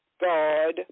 God